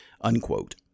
unquote